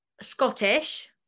Scottish